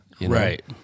Right